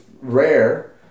rare